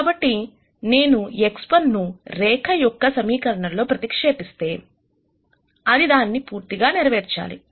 కాబట్టి నేను X1 ను రేఖ యొక్క సమీకరణము లో ప్రతిక్షేపిస్తే అది దానిని పూర్తిగా నెరవేర్చాలి